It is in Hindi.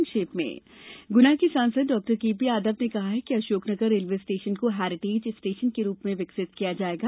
संक्षिप्त समाचार गुना के सांसद डाक्टर केपी यादव ने कहा है कि अशोकनगर रेलवे स्टेशन को हैरिटेज स्टेशन के रूप में विकसित किया जायेगा